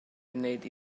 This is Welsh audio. gwneud